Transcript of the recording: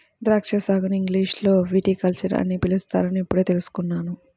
ద్రాక్షా సాగుని ఇంగ్లీషులో విటికల్చర్ అని పిలుస్తారని ఇప్పుడే తెల్సుకున్నాను